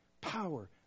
power